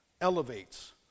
elevates